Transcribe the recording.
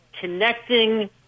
connecting